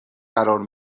قرار